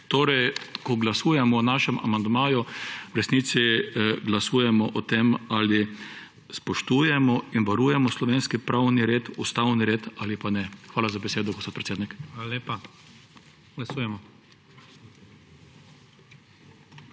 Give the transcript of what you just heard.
Torej ko glasujemo o našem amandmaju, v resnici glasujemo o tem, ali spoštujemo in varujemo slovenski pravni red, ustavni red; ali pa ne. Hvala za besedo, gospod predsednik. PREDSEDNIK IGOR